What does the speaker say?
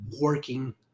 working